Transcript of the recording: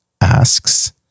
asks